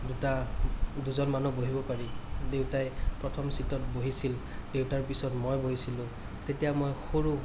দুটা দুজন মানুহ বহিব পাৰি দেউতাই প্ৰথম ছীটত বহিছিল দেউতাৰ পিছত মই বহিছিলো তেতিয়া মই সৰু